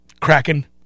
Kraken